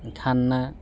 ᱮᱱᱠᱷᱟᱱ